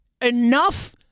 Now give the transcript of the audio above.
Enough